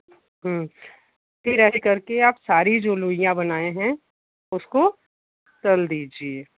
हूँ फिर ऐसे कर के सारी जो लोइयाँ बनायें हैं उसको तल दीजिए